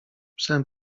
psem